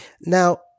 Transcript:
Now